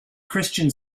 christian